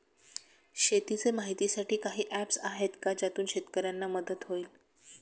शेतीचे माहितीसाठी काही ऍप्स आहेत का ज्यातून शेतकऱ्यांना मदत होईल?